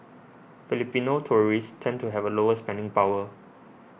Filipino tourists tend to have lower spending power